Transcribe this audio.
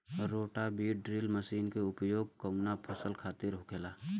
रोटा बिज drill machine के उपयोग कऊना फसल खातिर होखेला?